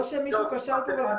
או שמישהו כשל פה ב --- לא,